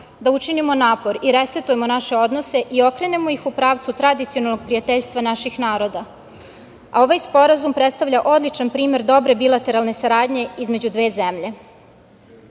da učinimo napor i resetujemo naše odnose i okrenemo ih u pravcu tradicionalnog prijateljstva naših naroda. Ovaj sporazum predstavlja odlična primer dobre bilateralne saradnje između dve zemlje. Jedna